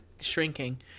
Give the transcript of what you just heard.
shrinking